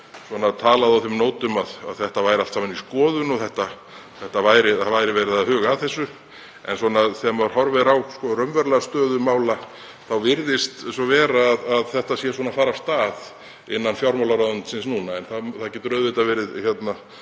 talaði á þeim nótum að þetta væri allt saman í skoðun og það væri verið að huga að þessu. En þegar maður horfir á raunverulega stöðu mála þá virðist vera að þetta sé svona að fara af stað innan fjármálaráðuneytisins núna. Það getur auðvitað verið